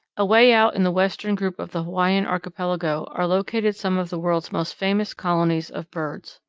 away out in the western group of the hawaiian archipelago are located some of the world's most famous colonies of birds.